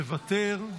מוותר,